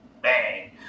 bang